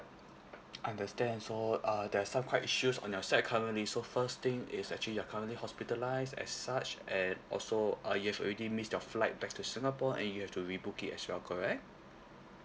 understand so err there's some quite issues on your side currently so first thing is actually you are currently hospitalised as such and also uh you have already missed your flight back to singapore and you have to re-book it as well correct